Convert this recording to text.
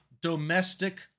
domestic